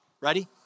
Ready